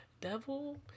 devil